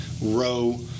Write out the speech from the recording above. row